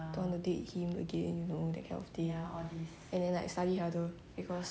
don't want to date him again you know that kind of thing and then like study harder because